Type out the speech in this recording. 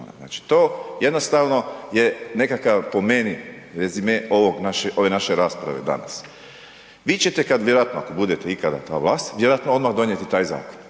znači jednostavno je nekakav po meni rezime ove naše rasprave danas. Vi ćete vjerojatno ako budete ikada na vlasti, vjerojatno odmah donijeti taj zakon